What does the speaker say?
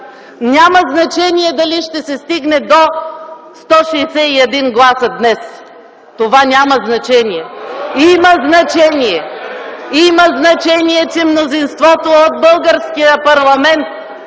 Няма значение дали ще се стигне до 161 гласа днес. Това няма значение! (Шум и реплики отляво.) Има значение, че мнозинството от българския парламент